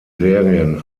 serien